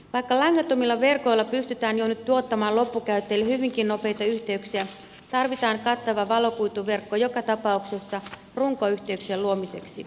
vaikka langattomilla verkoilla pystytään jo nyt tuottamaan loppukäyttäjille hyvinkin nopeita yhteyksiä tarvitaan kattava valokuituverkko joka tapauksessa runkoyhteyksien luomiseksi